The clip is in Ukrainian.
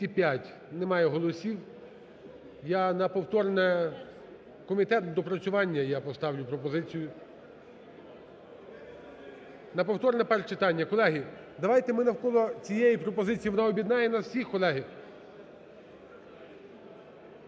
Немає голосів. Я на повторне комітетом доопрацювання, я поставлю пропозицію. На повторне перше читання. Колеги, давайте ми навколо цієї пропозиції, вона об'єднає нас усіх, колеги.